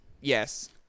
Yes